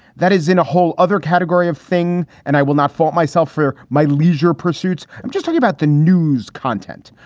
that is in a whole other category of thing. and i will not fault myself for my leisure pursuits. i'm just lucky about the news content.